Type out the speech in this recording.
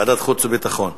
ועדת החוץ והביטחון.